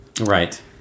Right